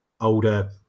older